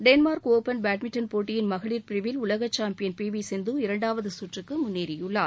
Denmark open badminton போட்டியின் மகளிர் பிரிவில் உலக சாம்பியன் பி வி சிந்து இரண்டாவது சுற்றுக்கு முன்னேறியுள்ளார்